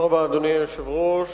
אדוני היושב-ראש,